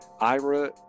Ira